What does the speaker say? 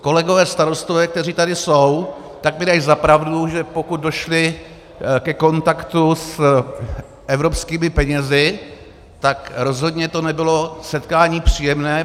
Kolegové starostové, kteří tady jsou, mi dají za pravdu, že pokud došli ke kontaktu s evropskými penězi, tak to rozhodně nebylo setkání příjemné.